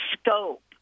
scope